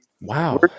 wow